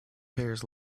pears